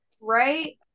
right